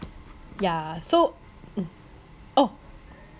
ya so mm oh